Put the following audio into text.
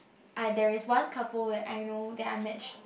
there is one couple that I know that I match